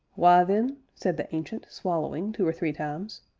why, then, said the ancient, swallowing two or three times,